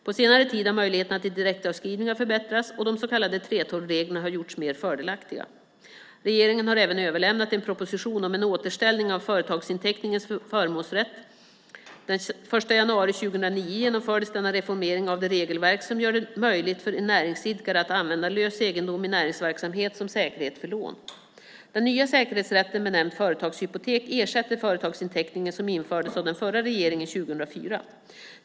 På senare tid har möjligheterna till direktavskrivningar förbättrats, och de så kallade 3:12-reglerna har gjorts mer fördelaktiga. Regeringen har även överlämnat en proposition om en återställning av företagsinteckningens förmånsrätt . Den 1 januari 2009 genomfördes denna reformering av det regelverk som gör det möjligt för en näringsidkare att använda lös egendom i näringsverksamhet som säkerhet för lån. Den nya säkerhetsrätten, benämnd företagshypotek , ersätter företagsinteckningen, som infördes av den förra regeringen 2004.